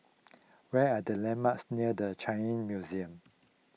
what are the landmarks near the Changi Museum